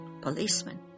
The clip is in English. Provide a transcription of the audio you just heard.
policeman